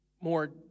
more